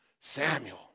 Samuel